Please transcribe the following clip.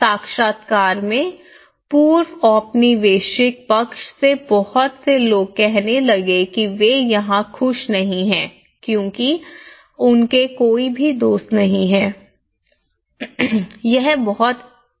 साक्षात्कार में पूर्व औपनिवेशिक पक्ष से बहुत से लोग कहने लगे कि वे यहां खुश नहीं हैं क्योंकि उनके कोई भी दोस्त नहीं है यह बहुत उबाऊ है